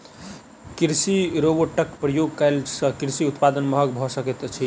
कृषि रोबोटक प्रयोग कयला सॅ कृषि उत्पाद महग भ सकैत अछि